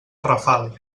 rafal